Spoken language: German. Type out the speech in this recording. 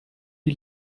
die